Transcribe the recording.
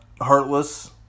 heartless